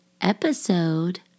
Episode